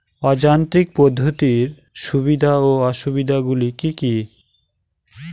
অযান্ত্রিক পদ্ধতির সুবিধা ও অসুবিধা গুলি কি কি?